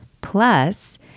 Plus